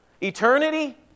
eternity